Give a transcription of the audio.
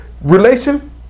relation